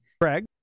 craig